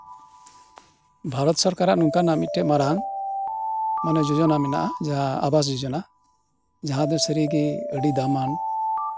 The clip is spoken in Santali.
ᱵᱷᱟᱨᱚᱛ ᱥᱚᱨᱠᱟᱨᱟᱜ ᱱᱚᱝᱠᱟᱱᱟᱜ ᱢᱤᱫᱴᱟᱝ ᱢᱟᱨᱟᱝ ᱢᱟᱱᱮ ᱡᱳᱡᱚᱱᱟ ᱢᱮᱱᱟᱜᱼᱟ ᱡᱟᱦᱟᱸ ᱟᱵᱚᱥ ᱡᱳᱡᱚᱱᱟ ᱡᱟᱦᱟᱸ ᱫᱚ ᱥᱟᱹᱨᱤᱜᱮ ᱟᱹᱰᱤ ᱫᱟᱢᱟᱱ